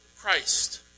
Christ